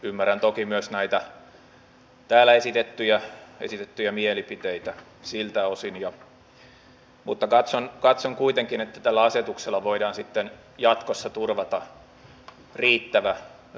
ymmärrän toki myös näitä täällä esitettyjä mielipiteitä siltä osin mutta katson kuitenkin että tällä asetuksella voidaan sitten jatkossa turvata riittävä taso